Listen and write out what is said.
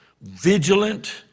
vigilant